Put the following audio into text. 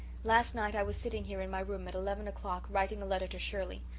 last night i was sitting here in my room at eleven o'clock writing a letter to shirley.